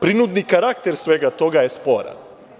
Prinudni karakter svega toga je sporan.